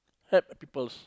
hurt peoples